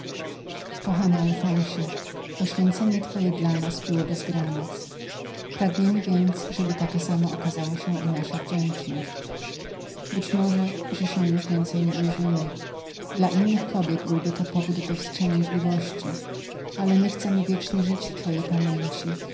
kochany alfonsie poświęcenie twoje dla nas było bez granic pragnę abyś równie sądził o naszej wdzięczności być może że się już więcej nie ujrzymy może dla waszych kobiet łatwiejszem jest zapomnienie ale my chcemy wiecznie żyć w twojej pamięci